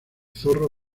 zorro